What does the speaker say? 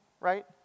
right